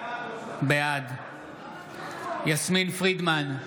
בעד יסמין פרידמן,